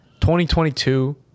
2022